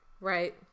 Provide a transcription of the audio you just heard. Right